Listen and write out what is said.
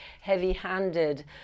heavy-handed